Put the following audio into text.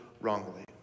wrongly